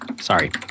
Sorry